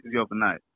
overnight